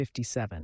57